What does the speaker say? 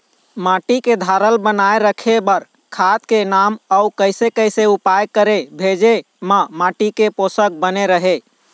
माटी के धारल बनाए रखे बार खाद के नाम अउ कैसे कैसे उपाय करें भेजे मा माटी के पोषक बने रहे?